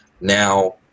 Now